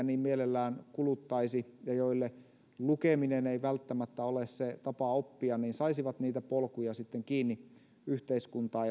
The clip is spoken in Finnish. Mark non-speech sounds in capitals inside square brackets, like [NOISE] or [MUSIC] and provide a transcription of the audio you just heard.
[UNINTELLIGIBLE] niin mielellään kuluttaisi ja joille lukeminen ei välttämättä ole se tapa oppia saisivat niitä polkuja kiinni yhteiskuntaan [UNINTELLIGIBLE]